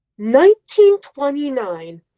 1929